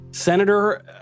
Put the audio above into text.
Senator